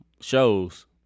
Shows